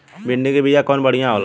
भिंडी के बिया कवन बढ़ियां होला?